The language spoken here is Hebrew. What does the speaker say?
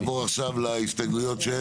נעבור עכשיו להסתייגויות של?